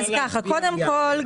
קודם כל,